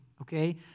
okay